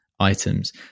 items